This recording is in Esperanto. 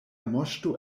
moŝto